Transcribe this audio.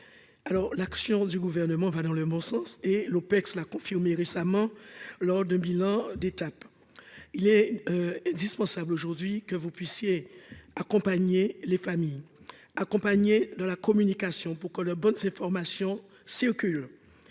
l'action du gouvernement va dans le mon sens et l'Opecst l'a confirmé récemment lors d'un bilan d'étape, il est indispensable aujourd'hui que vous puissiez accompagner les familles accompagner de la communication pour que la bonne ces formations circulent